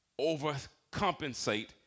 overcompensate